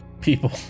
people